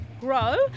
grow